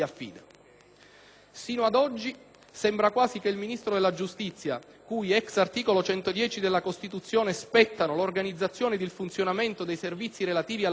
Sino ad oggi sembra quasi che il Ministro della giustizia, cui *ex* articolo 110 della Costituzione spettano «l'organizzazione ed il funzionamento dei servizi relativi alla giustizia»,